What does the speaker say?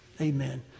Amen